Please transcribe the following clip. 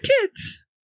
kids